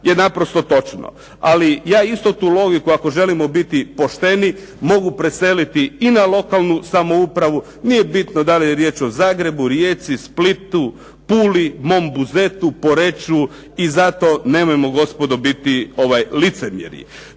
je naprosto točno ali ja isto tu logiku ako želimo biti pošteni mogu preseliti i na lokalnu samoupravu, nije bitno da li je riječ o Zagrebu, Rijeci, Splitu, Puli, mom Buzetu, Poreču i zato nemojmo gospodo biti licemjeri.